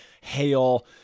hail